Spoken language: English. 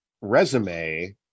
resume